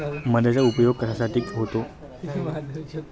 मधाचा उपयोग कशाकशासाठी होतो?